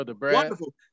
wonderful